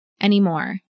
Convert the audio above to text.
anymore